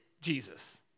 Jesus